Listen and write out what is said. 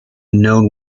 known